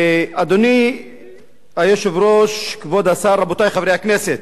אדוני היושב-ראש, כבוד השר, רבותי חברי הכנסת,